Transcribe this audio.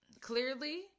Clearly